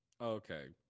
Okay